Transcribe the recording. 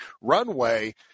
runway